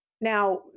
Now